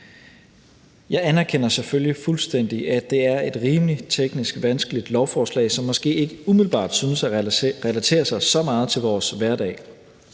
Jeg anerkender selvfølgelig fuldstændig, at det er et rimelig teknisk vanskeligt lovforslag, som måske ikke umiddelbart synes at relatere sig så meget til vores hverdag.